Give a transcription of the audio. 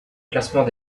classement